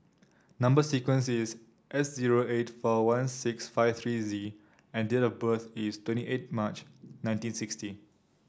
number sequence is S zero eight four one six five three Z and date of birth is twenty eight March nineteen sixty